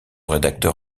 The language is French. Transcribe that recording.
rédacteur